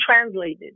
translated